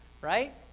right